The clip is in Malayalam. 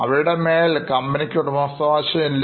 അവരുടെമേൽ കമ്പനിയുടെ ഉടമസ്ഥാവകാശം ഇല്ല